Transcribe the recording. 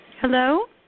Hello